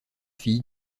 filles